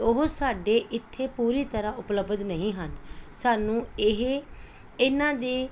ਉਹ ਸਾਡੇ ਇੱਥੇ ਪੂਰੀ ਤਰ੍ਹਾਂ ਉਪਲਬਧ ਨਹੀਂ ਹਨ ਸਾਨੂੰ ਇਹ ਇਹਨਾਂ ਦੇ